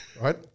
right